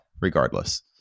regardless